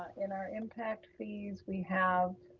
in our impact fees, we have